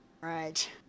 right